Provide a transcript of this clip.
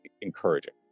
encouraging